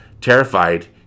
Terrified